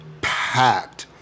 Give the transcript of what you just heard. Packed